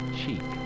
cheek